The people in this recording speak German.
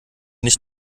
nicht